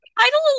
title